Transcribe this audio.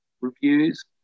reviews